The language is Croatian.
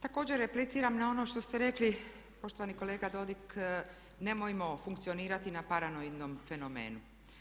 Također repliciram na ono što ste rekli poštovani kolega Dodig nemojmo funkcionirati na paranoidnom fenomenu.